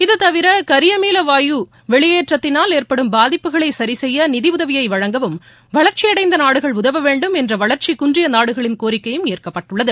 இதுதவிர கரியமில வாயு வெளியேற்றத்தினால் ஏற்படும் பாதிப்புகளை சிசெய்ய நிதியுதவியை வழங்கவும் வளர்ச்சியடைந்த நாடுகள் உதவ வேண்டும் என்ற வளர்ச்சி குன்றிய நாடுகளின் கோரிக்கையும் ஏற்கப்பட்டுள்ளது